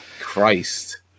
Christ